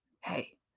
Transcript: Hey